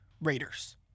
Raiders